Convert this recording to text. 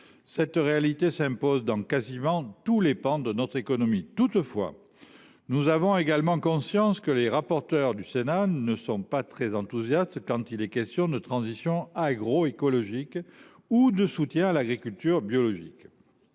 Cette réalité s’impose d’ailleurs dans quasiment tous les pans de notre économie. Toutefois, nous avons également conscience que les rapporteurs de notre commission des affaires économiques ne sont pas très enthousiastes quand il est question de transition agroécologique ou de soutien à l’agriculture biologique.